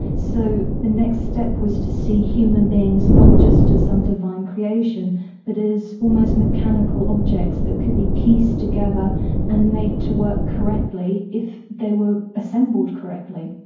so the next step was to see human beings not just as some divine creation but as almost mechanical objects that could be pieced together and made to work correctly if they were assembled correctly.